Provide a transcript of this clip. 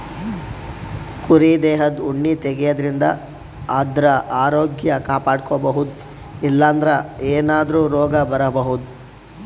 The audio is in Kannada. ಕುರಿ ದೇಹದ್ ಉಣ್ಣಿ ತೆಗ್ಯದ್ರಿನ್ದ ಆದ್ರ ಆರೋಗ್ಯ ಕಾಪಾಡ್ಕೊಬಹುದ್ ಇಲ್ಲಂದ್ರ ಏನಾದ್ರೂ ರೋಗ್ ಬರಬಹುದ್